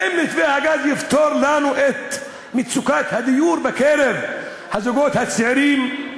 האם מתווה הגז יפתור לנו את מצוקת הדיור בקרב הזוגות הצעירים?